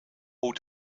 hoe